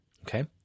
Okay